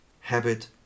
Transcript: habit